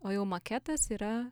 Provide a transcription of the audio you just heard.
o jau maketas yra